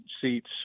seats